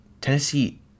Tennessee